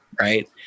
right